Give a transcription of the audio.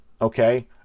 okay